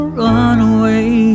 runaway